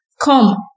Come